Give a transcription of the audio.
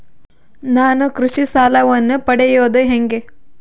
ನಾನು ಕೃಷಿ ಸಾಲವನ್ನು ಪಡೆಯೋದು ಹೇಗೆ?